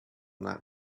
not